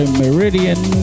meridian